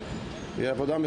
רן אומר שזה עליו,